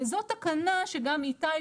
וזו תקנה שגם איתי,